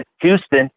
Houston